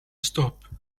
stop